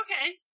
Okay